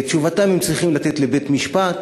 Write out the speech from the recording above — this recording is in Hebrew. ואת תשובתם הם צריכים לתת לבית-משפט